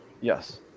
Yes